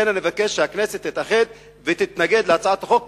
לכן אני מבקש שהכנסת תתאחד ותתנגד להצעת החוק,